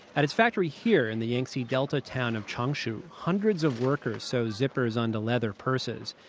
at its factory here, in the yangtze delta town of changshu, hundreds of workers sew zippers onto leather purses.